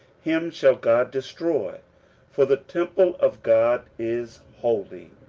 him shall god destroy for the temple of god is holy,